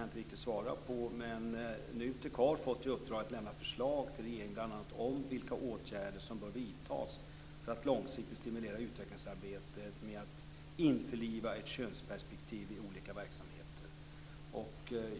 jag inte riktigt svara på, men NUTEK har fått i uppdrag att lämna förslag till regeringen bl.a. om vilka åtgärder som bör vidtas för att långsiktigt stimulera utvecklingsarbetet med att införliva ett könsperspektiv i olika verksamheter.